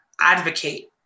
advocate